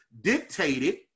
dictated